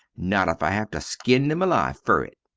not if i have to skin them alive fer it.